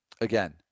again